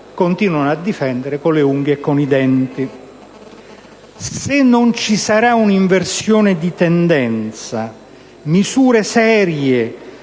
continuano a difendere con le unghie e con i denti. Se non vi sarà un'inversione di tendenza, stabilendo